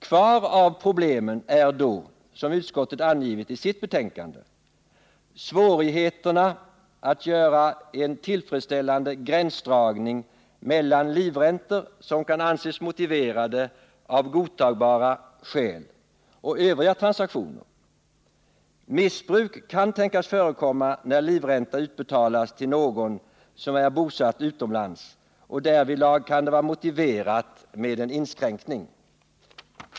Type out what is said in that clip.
Kvar av problemen är då, som utskottet har angivit i sitt betänkande, svårigheterna att göra en tillfredsställande gränsdragning mellan livräntor som kan anses motiverade av godtagbara skäl och övriga transaktioner. Missbruk kan tänkas förekomma när livränta utbetalas till någon som är bosatt utomlands, och därvidlag kan det vara motiverat med en inskränkning.